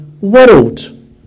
world